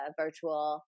virtual